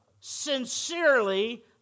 sincerely